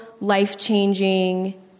life-changing